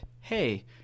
hey